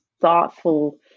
thoughtful